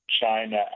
China